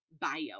bio